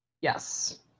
Yes